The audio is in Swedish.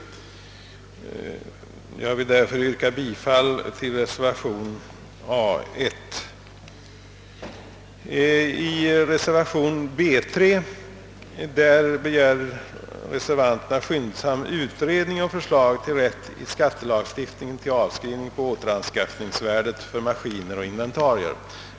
Jag yrkar bifall till reservationen nr 1 under punkten A. I reservationen nr 3 under punkten B begär reservanterna att riksdagen måtte i skrivelse till Kungl. Maj:t begära skyndsam utredning och förslag till rätt i skattelagstiftningen till avskrivning på återanskaffningsvärdet för maskiner och inventarier.